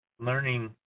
learning